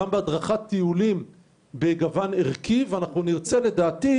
בהדרכת טיולים בגוון ערכי ואנחנו נרצה לדעתי,